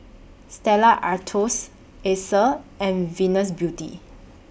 Stella Artois Acer and Venus Beauty